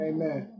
Amen